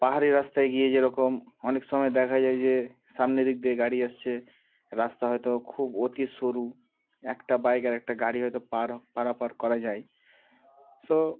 পাহাড়ি রাস্তায় গিয়ে যেরকম অনেক সময় দেখা যায় যে সামনের দিক দিয়ে গাড়ি আসছে রাস্তা হয়তো খুব অতি সরু একটা বাইক আর একটা গাড়ি হয়তো পার পারাপার করা যায় সো